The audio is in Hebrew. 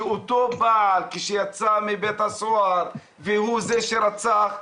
שאותו בעל כשיצא מבית הסוהר הוא זה שרצח,